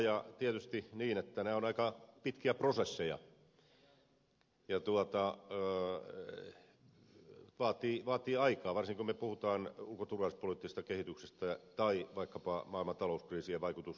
kataja tietysti niin että nämä ovat aika pitkiä prosesseja ja vaativat aikaa varsinkin kun me puhumme ulko ja turvallisuuspoliittisesta kehityksestä tai vaikkapa maailman talouskriisien vaikutuksesta siihen